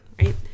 right